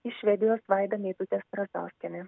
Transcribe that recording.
iš švedijos vaida meidutė strazdauskienė